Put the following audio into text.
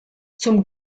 zum